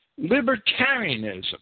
libertarianism